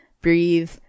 breathe